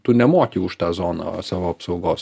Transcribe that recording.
tu nemoki už tą zoną savo apsaugos